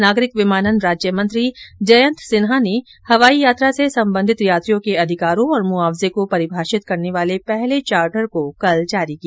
नागरिक विमानन राज्यमंत्री जयंत सिन्हा ने हवाई यात्रा से संबंधित यात्रियों के अधिकारों और मुआवजे को परिभाषित करने वाले पहले चार्टर को कल जारी किया